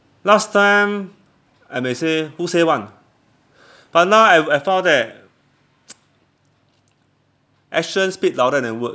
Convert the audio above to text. last time I may say who say [one] but now I I found that action speak louder than word